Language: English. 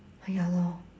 oh ya lor